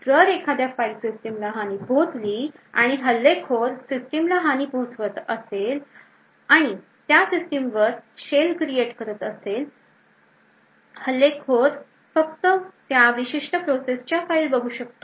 जर एखाद्या फाईल सिस्टिमला हानी पोहोचली असेल आणि हल्लेखोर सिस्टिमला हानी पोहोचवत असेल आणि त्या सिस्टिम वर shell create करत असेल हल्लेखोर फक्त त्या विशिष्ट प्रोसेसच्या फाइल्स पाहू शकतो